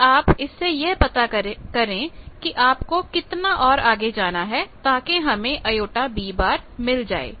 फिर आप इससे यह पता करें कि आपको कितना और आगे जाना है ताकि हमें jB मिल जाए